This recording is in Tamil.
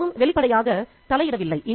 இது மிகவும் வெளிப்படையாக தலையிடவில்லை